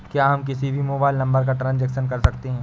क्या हम किसी भी मोबाइल नंबर का ट्रांजेक्शन कर सकते हैं?